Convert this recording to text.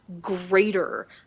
greater